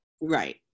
Right